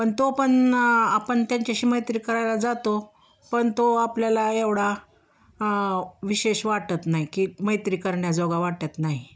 पण तो पण आपण त्यांच्याशी मैत्री करायला जातो पण तो आपल्याला एवढा विशेष वाटत नाही की मैत्री करण्याजोगा वाटत नाही